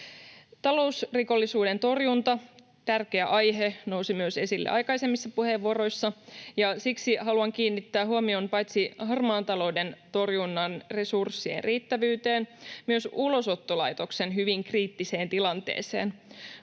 Talousrikollisuuden torjunta. Tärkeä aihe, joka nousi myös esille aikaisemmissa puheenvuoroissa, ja siksi haluan kiinnittää huomion paitsi harmaan talouden torjunnan resurssien riittävyyteen myös Ulosottolaitoksen hyvin kriittiseen tilanteeseen.